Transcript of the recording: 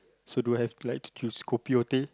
so do I have to like to choose kopi or teh